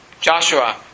Joshua